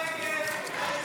לא